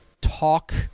talk